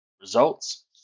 results